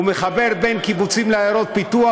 הוא מחבר בין קיבוצים לעיירות פיתוח,